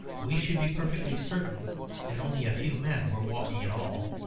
we should be perfectly certain that only a few men were walking at all,